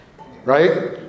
right